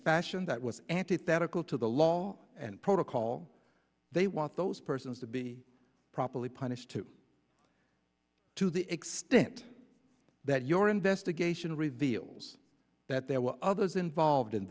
fashion that was antithetical to the law and protocol they want those persons to be properly punished to to the extent that your investigation reveals that there were others involved in